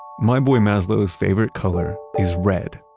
my boy mazlo's favorite color is red.